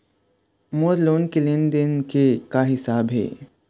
मोर loan के लेन देन के का हिसाब हे?